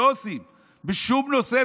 אבל לא עושים בשום נושא.